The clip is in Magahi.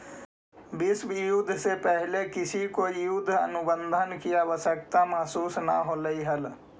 विश्व युद्ध से पहले किसी को युद्ध अनुबंध की आवश्यकता महसूस न होलई हल